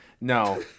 No